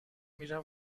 میرم